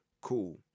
cool